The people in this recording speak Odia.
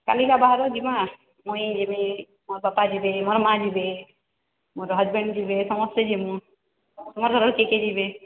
କାଲି ବାହାରିବୁ ଜିମା ମୁଇଁ ଯିବି ମୋର ବାପା ଯିବେ ମୋର ମାଆ ଯିବେ ମୋର ହଜବେଣ୍ଡ ଯିବେ ସମସ୍ତେ ଜିମୁ ତମ ଘରର କିଏ କିଏ ଯିବେ